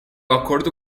acordo